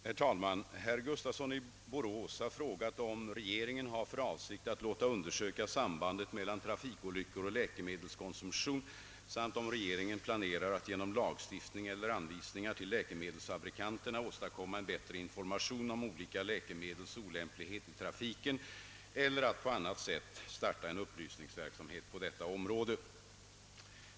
Herr talman! Herr Gustafsson i Borås har frågat om regeringen har för avsikt att låta undersöka sambandet mellan trafikolyckor och läkemedelskonsumtion samt om regeringen planerar att genom lagstiftning eller anvisningar till läkemedelsfabrikanterna «åstadkomma en bättre information om olika läkemedels olämplighet i trafiken eller att på annat sätt starta en upplysningsverksamhet på detta område.